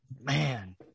Man